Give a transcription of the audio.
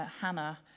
Hannah